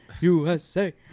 USA